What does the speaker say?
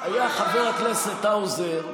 חבר הכנסת האוזר,